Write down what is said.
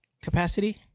capacity